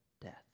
death